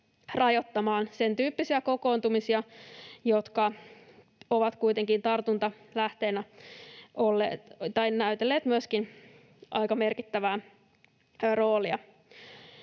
rajoittamaan, sen tyyppisiä kokoontumisia, jotka ovat kuitenkin tartuntalähteinä näytelleet myöskin aika merkittävä roolia.